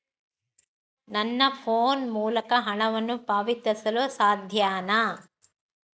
ನನ್ನ ಫೋನ್ ಮೂಲಕ ಹಣವನ್ನು ಪಾವತಿಸಲು ಸಾಧ್ಯನಾ?